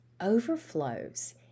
overflows